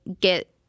get